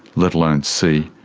let alone see.